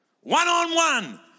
One-on-one